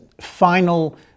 final